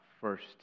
first